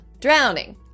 drowning